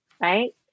right